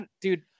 dude